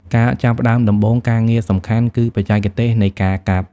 ការចាប់ផ្ដើមដំបូងការងារសំខាន់ គឺបច្ចេកទេសនៃការកាត់។